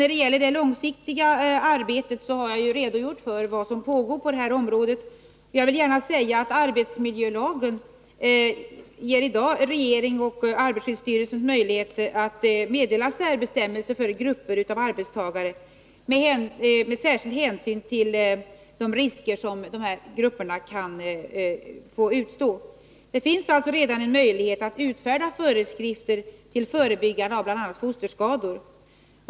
När det gäller det långsiktiga arbetet har jag redogjort för vad som pågår på det här området, men jag vill gärna tillägga att arbetsmiljölagen redan i dag ger regeringen och arbetarskyddsstyrelsen möjligheter att meddela särbestämmelser för grupper av arbetstagare med särskild hänsyn till de risker som dessa kan utsättas för. Det finns alltså redan en möjlighet att utfärda föreskrifter till förebyggande av bl.a. fosterskador.